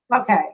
Okay